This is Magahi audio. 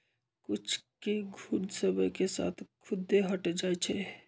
कुछेक घुण समय के साथ खुद्दे हट जाई छई